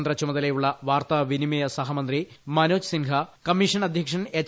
സ്വതന്ത്ര ചുമതലയുള്ള വാർത്താവിനിമയ സഹമന്ത്രി മനോജ് സിൻഹ കമ്മീഷൻ അദ്ധ്യക്ഷൻ എച്ച്